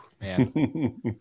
man